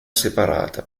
separata